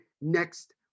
next